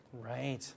Right